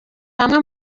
hamwe